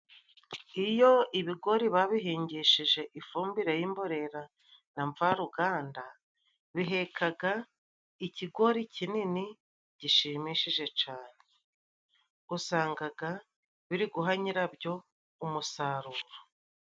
Iyo ibigori babihingishije ifumbire y'imborera na mvaruganda bihekaga ikigori kinini gishimishije cane usangaga biri guha nyirabyo umusaruro.